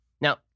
Now